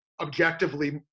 objectively